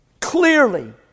clearly